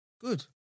good